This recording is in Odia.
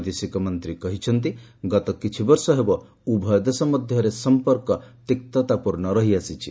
ବୈଦେଶିକମନ୍ତ୍ରୀ କହିଛନ୍ତି ଗତ କିଛିବର୍ଷ ହେବ ଉଭୟ ଦେଶ ମଧ୍ୟରେ ସଂପର୍କ ତିକ୍ତତାପୂର୍ଣ୍ଣ ରହିଆସିଛି